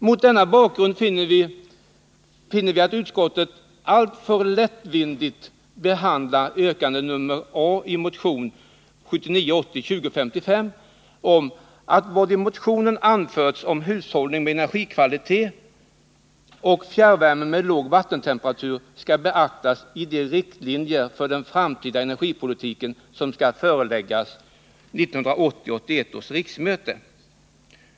Mot den bakgrunden tycker jag att utskottet alltför lättvindigt behandlar yrkande a) i motionen 1979 81 års riksmöte”.